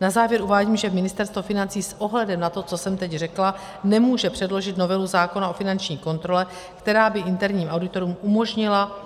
Na závěr uvádím, že Ministerstvo financí s ohledem na to, co jsem teď řekla, nemůže předložit novelu zákona o finanční kontrole, která by interním auditorům umožnila